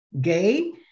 gay